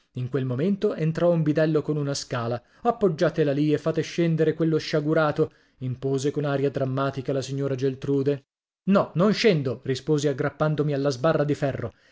in quel momento entrò un bidello con una scala appoggiatela lì e fate scendere quello sciagurato impose con aria drammatica la signora geltrude no non scendo risposi aggrappandomi alla sbarra dì ferro